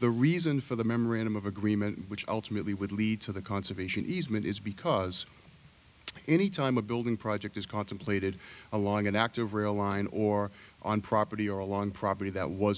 the reason for the memorandum of agreement which ultimately would lead to the conservation easement is because anytime a building project is contemplated along an active rail line or on property or along property that was